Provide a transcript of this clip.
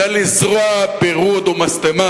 זה לזרוע פירוד ומשטמה,